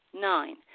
Nine